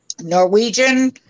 Norwegian